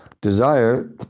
Desire